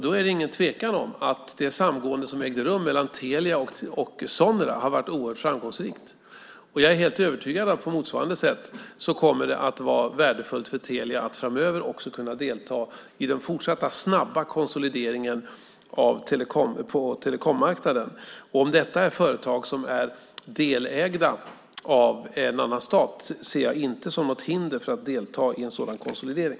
Då är det ingen tvekan om att det samgående som ägde rum mellan Telia och Sonera har varit oerhört framgångsrikt. Jag är helt övertygad om att på motsvarande sätt kommer det att vara värdefullt för Telia att framöver kunna delta i den fortsatta snabba konsolideringen på telekommarknaden. Om detta är företag som är delägda av en annan stat ser jag inte som något hinder för att delta i en sådan konsolidering.